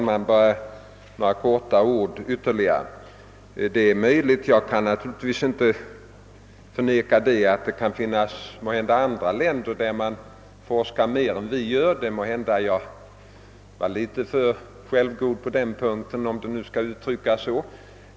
Herr talman! Bara ytterligare några få ord. Det är möjligt att det kan finnas andra länder där man forskar mer på detta område än vi gör. Måhända var jag något för tvärsäker på denna punkt.